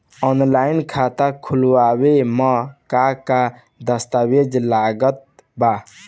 Online खाता खूलावे म का का दस्तावेज लगा ता?